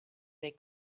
they